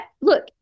look